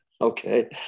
okay